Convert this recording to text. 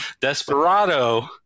desperado